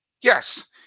Yes